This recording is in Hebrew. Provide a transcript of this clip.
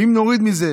ואם נוריד מזה